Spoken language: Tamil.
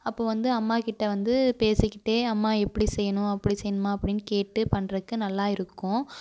அப்போ வந்து அம்மாகிட்ட வந்து பேசிக்கிட்டே அம்மா எப்படி செய்யணும் அப்படி செய்யணுமா அப்படீன்னு கேட்டு பண்ணுறதுக்கு நல்லா இருக்கும்